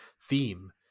theme